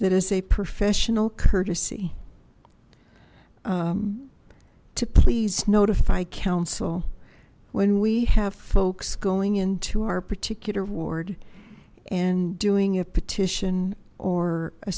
that is a professional courtesy to please notify counsel when we have folks going into our particular ward and doing a petition or a